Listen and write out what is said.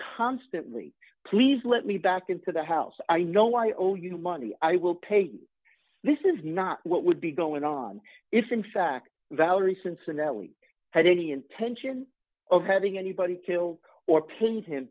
constantly please let me back into the house i know i owe you money i will pay this is not what would be going on if in fact valerie cincinnati had any intention of having anybody killed or paying him